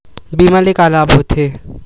बीमा ले का लाभ होथे?